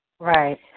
Right